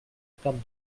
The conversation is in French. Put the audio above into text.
perte